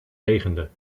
regende